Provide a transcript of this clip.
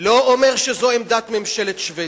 לא אומר שזאת עמדת ממשלת שבדיה.